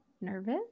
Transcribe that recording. nervous